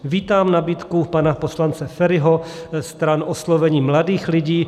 Vítám nabídku pana poslance Feriho stran oslovení mladých lidí.